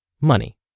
Money